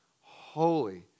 holy